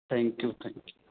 thank you thank you